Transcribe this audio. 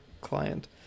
client